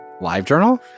LiveJournal